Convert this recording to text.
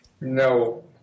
no